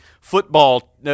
football